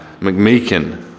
McMeekin